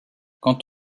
quant